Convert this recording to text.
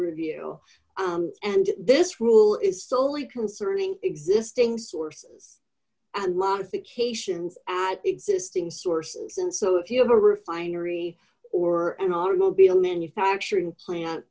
review and this rule is soley concerning existing sources and modifications at existing sources and so if you have a refinery or an automobile manufacturing plant